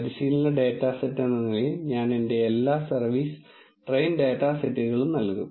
പരിശീലന data set എന്ന നിലയിൽ ഞാൻ എന്റെ എല്ലാ സർവീസ് ട്രെയിൻ ഡാറ്റാ സെറ്റുകളും നൽകും